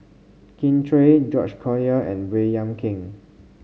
Kin Chui George Collyer and Baey Yam Keng